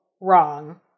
wrong